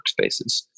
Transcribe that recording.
workspaces